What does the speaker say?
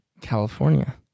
California